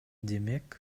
демек